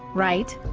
right